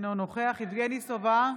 אינו נוכח יבגני סובה,